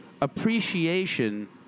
appreciation